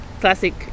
classic